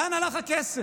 לאן הלך הכסף?